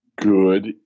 Good